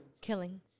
killing